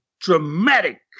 dramatic